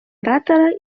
оратора